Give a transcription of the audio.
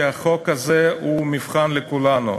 כי החוק הזה הוא מבחן לכולנו.